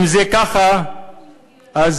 אם זה ככה אז